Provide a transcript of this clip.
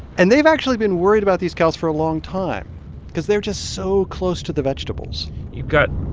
and they've actually been worried about these cows for a long time cause they're just so close to the vegetables you've got,